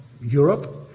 Europe